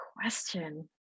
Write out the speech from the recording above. question